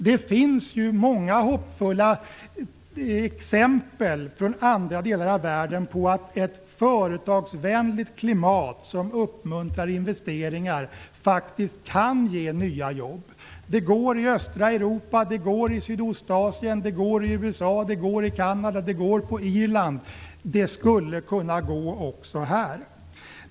Det finns ju många hoppfulla exempel från andra delar av världen på att ett företagsvänligt klimat, som uppmuntrar investeringar, faktiskt kan ge nya jobb. Det går i östra Europa, i Sydostasien, i USA, i Kanada, på Irland - det skulle kunna gå här också.